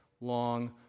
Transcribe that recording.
long